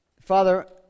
Father